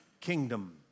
kingdom